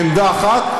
בעמדה אחת,